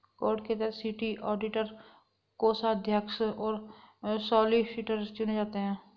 code के तहत city auditor, कोषाध्यक्ष और सॉलिसिटर चुने जाते हैं